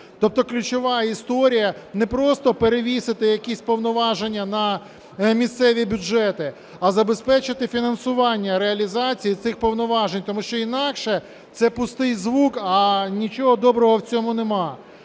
Тобто ключова історія – не просто перевісити якісь повноваження на місцеві бюджети, а забезпечити фінансування реалізації цих повноважень. Тому що інакше це пустий звук, а нічого доброго в цьому нема.